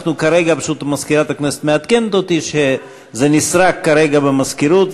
פשוט מזכירת הכנסת מעדכנת אותי שזה נסרק כרגע במזכירות,